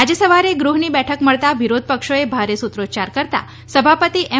આજે સવારે ગૃહની બેઠક મળતા વિરોધ પક્ષોએ ભારે સુત્રોચ્યાર કરતા સભાપતિ એમ